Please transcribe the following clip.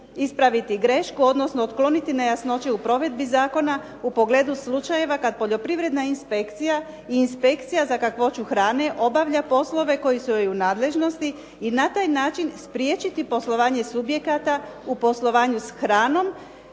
ispraviti grešku, odnosno otkloniti nejasnoće u provedbi zakona u pogledu slučajeva kad poljoprivredna inspekcija i inspekcija za kakvoću hrane obavlja poslove koji su joj u nadležnosti i na taj način spriječiti poslovanje subjekata u poslovanju s hranom,